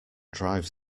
drive